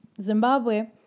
Zimbabwe